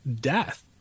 death